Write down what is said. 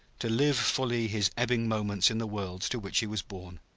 to live fully his ebbing moments in the world to which he was born,